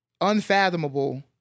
unfathomable